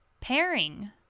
pairing